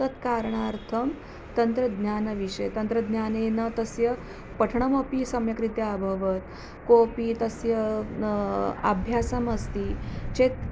तत्कारणार्थं तन्त्रज्ञानविषये तन्त्रज्ञानेन तस्य पठनमपि सम्यक्रीत्या अभवत् कोपि तस्य अभ्यासमस्ति चेत्